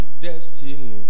destiny